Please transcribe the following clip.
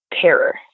terror